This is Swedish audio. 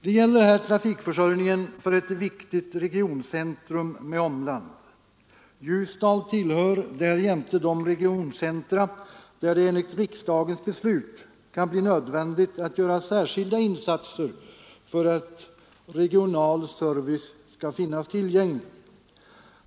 Det gäller här trafikförsörjningen för ett viktigt regioncentrum med omland. Ljusdal tillhör därjämte de regioncentra där det enligt riksdagens beslut kunde bli nödvändigt att göra särskilda insatser för att regional service skall finnas tillgänglig.